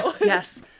Yes